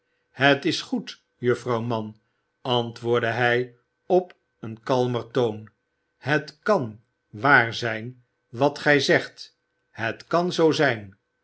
het is goed juffrouw mann antwoordde hij op een kalmer toon het kan waar zijn wat gij zegt het kan zoo zijn